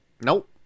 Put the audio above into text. Nope